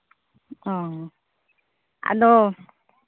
ᱚᱻ ᱟᱫᱚ